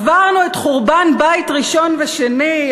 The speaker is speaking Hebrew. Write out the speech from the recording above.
עברנו את חורבן בית ראשון ושני,